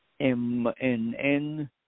MNN